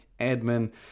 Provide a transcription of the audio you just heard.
admin